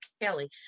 Kelly